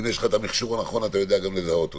אם יש לך המכשור הנכון, אתה יודע גם לזהות אותו.